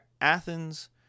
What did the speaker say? Athens